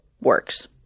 works